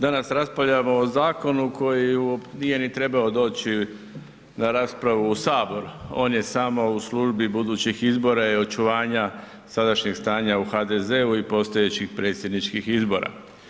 Danas raspravljamo o zakonu koji nije ni trebao doći na raspravu u Sabor, on je samo u službi budućih izbora i očuvanja sadašnjeg stanja u HDZ-u i postojećih predsjedničkih izbora.